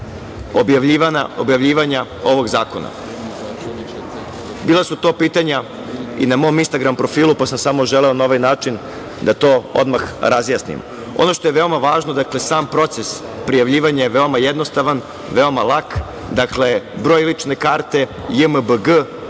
objavljivanja ovog zakona. Bila su to pitanja i na mom instagram profilu, pa sam samo želeo na ovaj način da to odmah razjasnimo. Ono što je veoma važno, dakle, sam proces prijavljivanja je veoma jednostavan, veoma lak, dakle, broj lične karte, JMBG